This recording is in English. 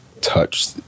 touch